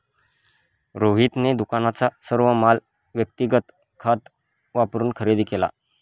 रोहितने दुकानाचा सर्व माल व्यक्तिगत खात वापरून खरेदी केला